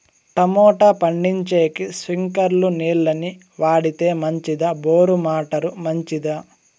Tomato పండించేకి స్ప్రింక్లర్లు నీళ్ళ ని వాడితే మంచిదా బోరు మోటారు మంచిదా?